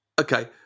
Okay